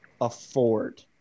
afford